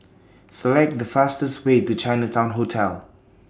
Select The fastest Way to Chinatown Hotel